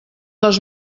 les